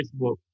Facebook